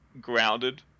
grounded